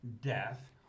death